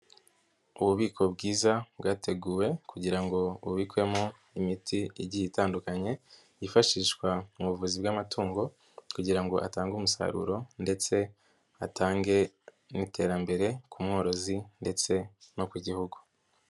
Ububiko bwiza bwateguwe ,kugira ngo bubikwemo imiti igiye itandukanye, yifashishwa mu buvuzi bw'amatungo kugira ngo atange umusaruro, ndetse atange n'iterambere ku mworozi, ndetse no ku gihugu.